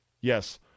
Yes